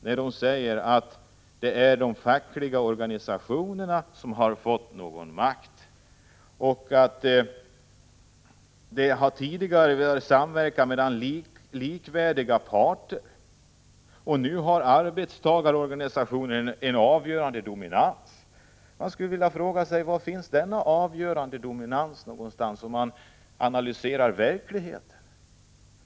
Man säger att det är de fackliga organisationerna som har fått makt och att det tidigare har handlat om samverkan mellan likvärdiga parter men att arbetstagarorganisationerna nu har en avgörande dominans. Var finns denna avgörande dominans i verkligheten?